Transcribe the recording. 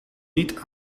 niet